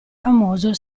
famoso